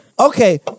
Okay